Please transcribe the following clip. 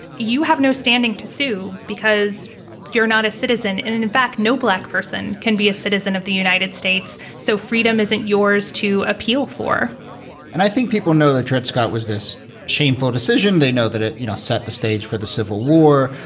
you have no standing to sue because you're not a citizen. and in in fact, no black person can be a citizen of the united states. so freedom isn't yours to appeal for and i think people know the truth. scott was this shameful decision. they know that it, you know, set the stage for the civil war.